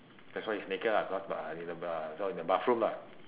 that's why he's naked lah cause ba~ in the ba~ so in the bathroom lah